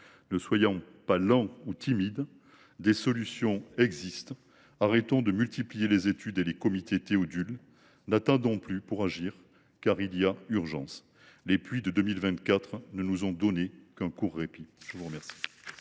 Ne soyons pas lents ou timides. Des solutions existent. Arrêtons de multiplier les études et les comités Théodule. N’attendons plus pour agir, car il y a urgence. Les pluies de 2024 ne nous ont donné qu’un court répit. La parole